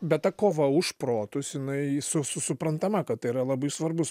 bet ta kova už protus jinai su suprantama kad tai yra labai svarbus